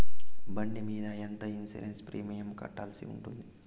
బండి మీద ఎంత ఇన్సూరెన్సు ప్రీమియం కట్టాల్సి ఉంటుంది?